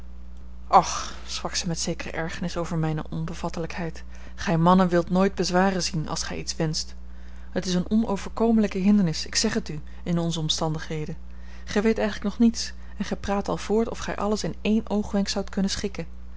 och sprak zij met zekere ergernis over mijne onbevattelijkheid gij mannen wilt nooit bezwaren zien als gij iets wenscht het is eene onoverkomelijke hindernis ik zeg het u in onze omstandigheden gij weet eigenlijk nog niets en gij praat al voort of gij alles in één oogwenk zoudt kunnen schikken